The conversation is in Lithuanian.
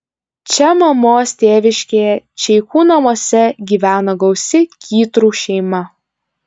čia mamos tėviškėje čeikų namuose gyveno gausi kytrų šeima